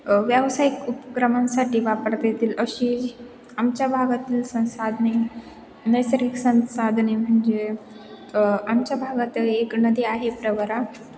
व्यावसायिक उपक्रमांसाठी वापरता येतील अशी आमच्या भागातील संसाधने नैसर्गिक संसाधने म्हणजे आमच्या भागात एक नदी आहे प्रवरा